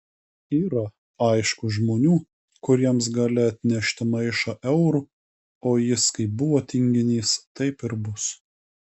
yra aišku žmonių kuriems gali atnešti maišą eurų o jis kaip buvo tinginys taip ir bus